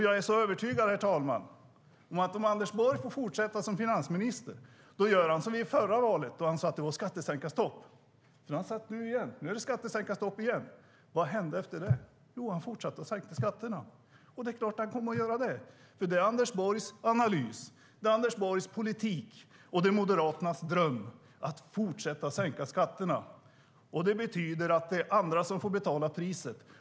Jag är övertygad om, herr talman, att om Anders Borg får fortsätta som finansminister gör han som i förra valet, då han sade att det var skattesänkarstopp. Det har han sagt nu igen: Nu är det skattesänkarstopp. Vad hände efter förra valet? Jo, han fortsatte att sänka skatterna. Det är klart att han kommer att göra det, för det är Anders Borgs analys, Anders Borgs politik och Moderaternas dröm att fortsätta att sänka skatterna. Det betyder att det är andra som får betala priset.